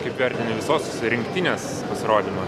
kaip vertini visos rinktinės pasirodymą